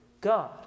God